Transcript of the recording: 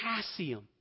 potassium